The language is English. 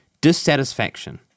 dissatisfaction